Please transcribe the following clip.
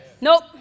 Nope